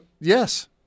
Yes